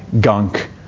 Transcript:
gunk